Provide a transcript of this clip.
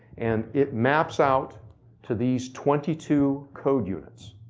and it maps out to these twenty two code units.